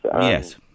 Yes